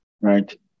right